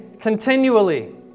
continually